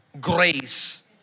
grace